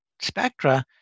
spectra